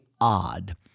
odd